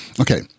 Okay